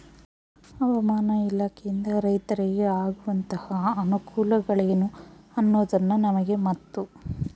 ಹವಾಮಾನ ಇಲಾಖೆಯಿಂದ ರೈತರಿಗೆ ಆಗುವಂತಹ ಅನುಕೂಲಗಳೇನು ಅನ್ನೋದನ್ನ ನಮಗೆ ಮತ್ತು?